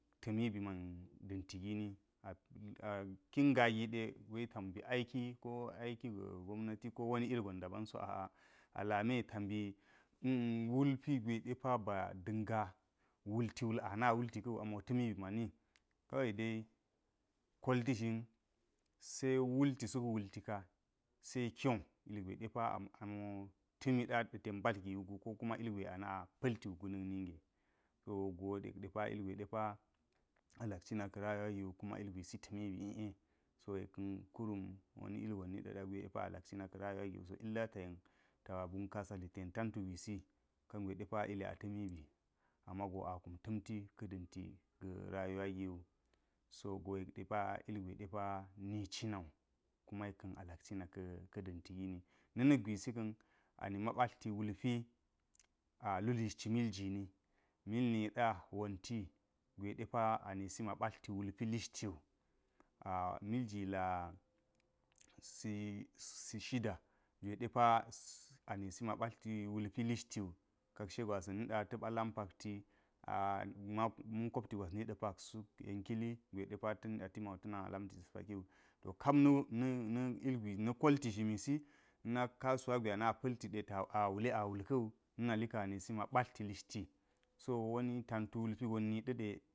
Ta̱mi bi man da̱nti gini kin gaa̱ gi de wai ta mbi aiki ga̱ gobnati ko wani ilgon di bamso a’a alami tambi wulpi gwe depa ba da̱nga wulti anata wulti ka̱wu a mo ta̱mi bi mani’i kawai de kolti zhin se wulti suk wulti ka se kyo ilgwe depa amao ta̱mi ɗa ten mbatl giwukgu ko kuma ilgwe ana pa̱lti na̱k ninge wu. To go yek depa ilgwe depa alak cina ka rayuwa giwu kuma ilgwisi ta̱mi bi i’e so yek ka̱n kulum wani ilgon niɗa gwe depa a lak cina ka rayuwagi bo illa ta yen ta bunkasa hiten tantu gwisi ka ngwe depa ili a ta̱ni bi amasoa kum ta̱mti ka̱ da̱nti gi go rayuwa giwu so an yek ɗepa ilgwe depa ni cinawu, kuma yek a lak cina ka̱ danti gini na̱ na̱k gwisi ka̱-ani ma ɓatlti wulpi lulishti mil jini mil niɗa wonti gwe depa ani sima batlti wulpi lishti wu, a milji la si. Si shida gwe ɗepa ani si ma batlti wulpi lishti wu kakshe gwasa̱n niɗa ta̱ɓa lam pakti a-a ma̱n kopti gvas niɗa pak suk yen kali gwe ɗepa ta̱ nida gwe ta̱na lamti ta̱s pakiwu, to kep na̱ na̱ ilge na̱ kolti zhimi si na̱ nak kasuwa gwe ana pa̱ltiɗe awuli a wulka̱ wu na̱ nali ka̱n arisi ma balti lishti so woni tantu wulpi gon ni ɗa̱ɗe.